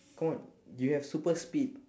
come on you have super speed